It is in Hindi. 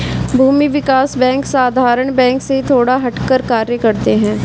भूमि विकास बैंक साधारण बैंक से थोड़ा हटकर कार्य करते है